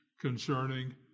concerning